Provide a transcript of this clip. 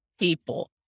people